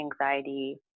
anxiety